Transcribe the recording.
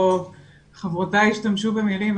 חברותיי השתמשו במילים,